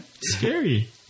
scary